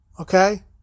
Okay